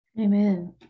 Amen